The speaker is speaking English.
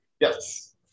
Yes